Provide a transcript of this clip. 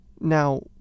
Now